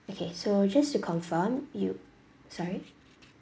okay so just to confirm you sorry